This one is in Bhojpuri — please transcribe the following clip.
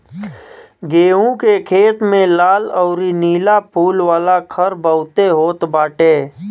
गेंहू के खेत में लाल अउरी नीला फूल वाला खर बहुते होत बाटे